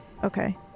Okay